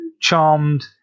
charmed